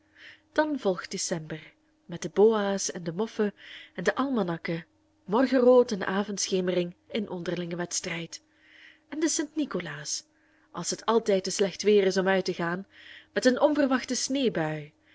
dan volgt december met de boa's en de moffen en de almanakken morgenrood en avondschemering in onderlingen wedstrijd en de st nicolaas als het altijd te slecht weer is om uit te gaan met een onverwachte sneeuwbui